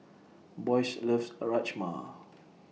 Boyce loves Rajma